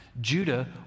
Judah